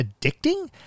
addicting